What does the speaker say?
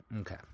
Okay